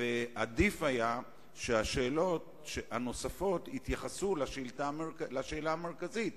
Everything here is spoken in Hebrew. ועדיף היה שהשאלות הנוספות יתייחסו לשאלה המרכזית,